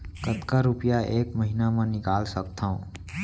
कतका रुपिया एक महीना म निकाल सकथव?